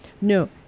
No